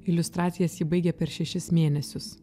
iliustracijas ji baigė per šešis mėnesius